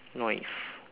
nice